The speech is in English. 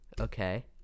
Okay